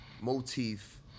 motif